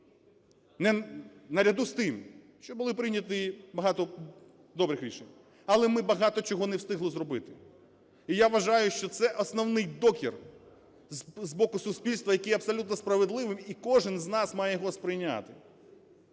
Наряду з тим, що було прийнято багато добрих рішень, але ми багато чого не встигли зробити. І я вважаю, що це основний докір з боку суспільства, який абсолютно справедливий, і кожен з нас має його сприйняти.